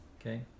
okay